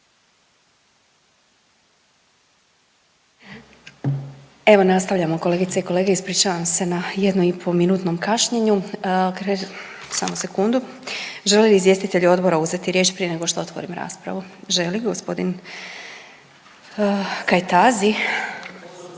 Evo nastavljamo, kolegice i kolege, ispričavam se na jedno i po minutnom kašnjenju. Samo sekundu, žele li izvjestitelji odbora uzeti riječ prije nego što otvorim raspravu? Želi g. Kajtazi,